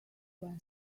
one